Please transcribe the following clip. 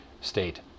state